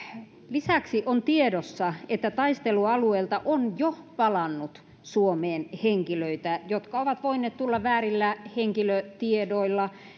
lisäksi on tiedossa että taistelualueelta on jo palannut suomeen henkilöitä jotka ovat voineet tulla väärillä henkilötiedoilla